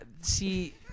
see